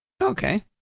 Okay